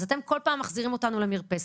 אתם על פעם מחזירים אותנו למרפסת.